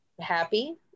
happy